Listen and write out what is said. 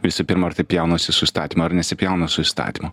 visų pirma ar tai pjaunasi su įstatymu ar nesipjauna su įstatymu